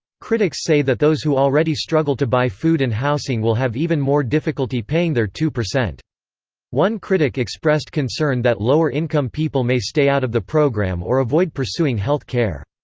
critics say that those who already struggle to buy food and housing will have even more difficulty paying their two. one critic expressed concern that lower income people may stay out of the program or avoid pursuing health care.